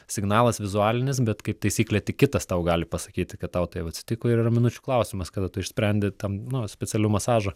signalas vizualinis bet kaip taisyklė tik kitas tau gali pasakyti kad tau tai jau atsitiko ir yra minučių klausimas kada tu nusprendi tam nuspecialiu masažu